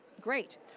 great